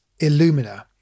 Illumina